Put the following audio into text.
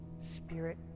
spirit